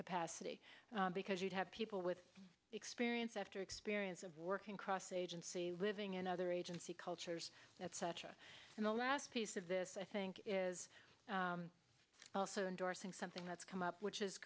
capacity because you'd have people with experience after experience of working cross agency living in other agency cultures etc and the last piece of this i think is also endorsing something that's come up which is